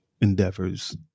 endeavors